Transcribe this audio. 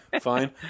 fine